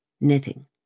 knitting